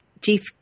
chief